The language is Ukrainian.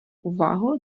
увагу